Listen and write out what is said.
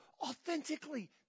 authentically